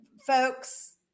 Folks